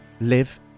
live